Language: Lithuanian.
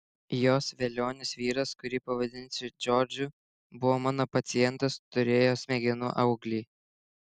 jos velionis vyras kurį pavadinsiu džordžu buvo mano pacientas turėjo smegenų auglį